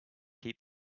keep